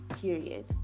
period